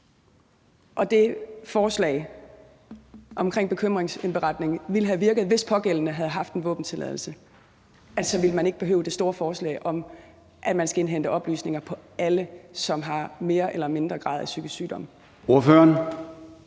det forslag om en bekymringsindberetning havde virket, hvis pågældende havde haft en våbentilladelse, så ville man ikke behøve forslaget om, at man skal indhente oplysninger på alle, som i større eller mindre grad har en psykisk sygdom?